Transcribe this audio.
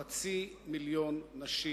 חצי מיליון נשים,